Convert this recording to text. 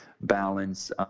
balance